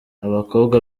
abakobwa